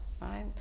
right